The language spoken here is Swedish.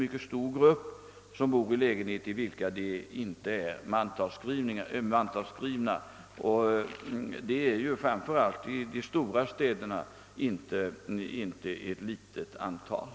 De bor ofta i lägenheter, i vilka de inte är mantalsskrivna, och de utgör framför allt i storstäderna inte någon liten grupp.